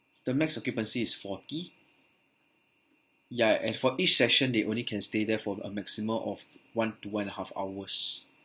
the max occupancy is forty ya at for each session they only can stay there for a maximum of one to one and a half hours